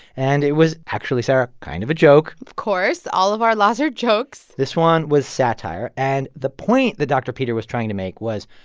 and it was actually, sarah, kind of a joke of course. all of our laws are jokes this one was satire. and the point that dr. peter was trying to make was,